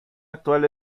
actual